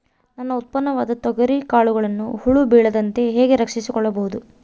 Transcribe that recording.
ನನ್ನ ಉತ್ಪನ್ನವಾದ ತೊಗರಿಯ ಕಾಳುಗಳನ್ನು ಹುಳ ಬೇಳದಂತೆ ಹೇಗೆ ರಕ್ಷಿಸಿಕೊಳ್ಳಬಹುದು?